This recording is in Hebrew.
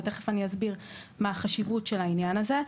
ותכף אני אסביר מה החשיבות של העניין הזה.